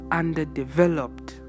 underdeveloped